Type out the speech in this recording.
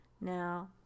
Now